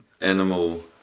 animal